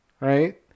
right